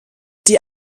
die